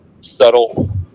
subtle